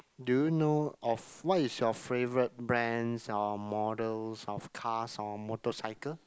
do you know of what's your favourite brands or models of cars or motorcycles